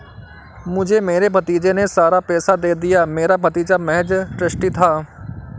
मुझे मेरे भतीजे ने सारा पैसा दे दिया, मेरा भतीजा महज़ ट्रस्टी था